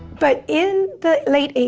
but in the late eighty